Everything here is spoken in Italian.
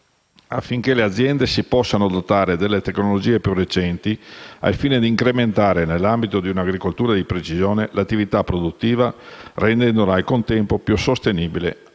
affinché le aziende si possano dotare delle tecnologie più recenti, al fine di incrementare, nell'ambito di un'agricoltura di precisione, l'attività produttiva, rendendola, al contempo, più sostenibile